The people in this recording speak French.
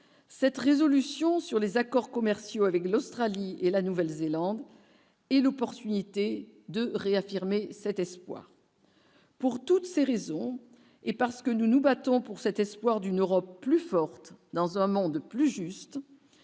cette résolution sur les accords commerciaux avec l'Australie et la Nouvelle-Zélande et l'opportunité de réaffirmer cet espoir. Pour toutes ces raisons et parce que nous nous battons pour cet espoir d'une Europe plus forte dans un monde plus juste